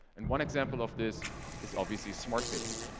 and one example of this is obviously smart bidding.